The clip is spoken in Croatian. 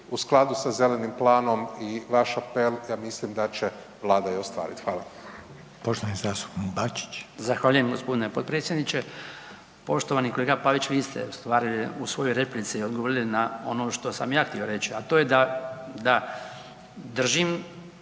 u skladu sa zelenim planom i vaš apel ja mislim da će Vlada i ostvariti. Hvala. **Reiner, Željko (HDZ)** Poštovani zastupnik Bačić. **Bačić, Branko (HDZ)** Zahvaljujem gospodine potpredsjedniče. Poštovani kolega Pavić. Vi ste ustvari u svojoj replici odgovorili na ono što sam ja htio reći, a to da držim